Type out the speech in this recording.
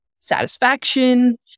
satisfaction